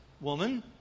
Woman